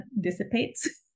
dissipates